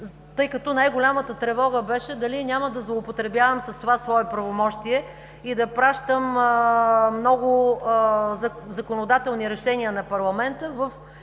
тъй като най-голямата тревога беше дали няма да злоупотребявам с това свое правомощие и да изпращам много законодателни решения на парламента в